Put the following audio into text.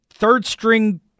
Third-string